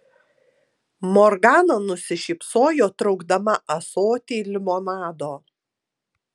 morgana nusišypsojo traukdama ąsotį limonado